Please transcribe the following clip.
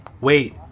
Wait